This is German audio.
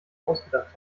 ausgedacht